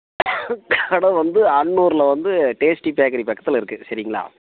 கடை வந்து அன்னூரில் வந்து டேஸ்ட்டி பேக்கரி பக்கத்தில் இருக்குது சரிங்களா